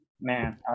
man